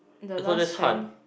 oh so that's hunt